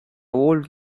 old